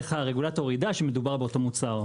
איך הרגולטור יידע שמדובר באותו מוצר,